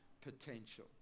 potential